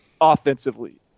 offensively